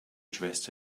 dressed